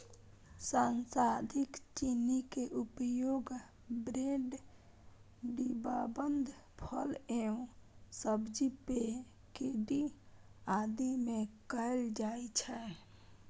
संसाधित चीनी के उपयोग ब्रेड, डिब्बाबंद फल एवं सब्जी, पेय, केंडी आदि मे कैल जाइ छै